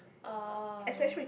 uh